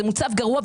הוא מוצר גרוע.